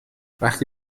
وقتی